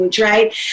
Right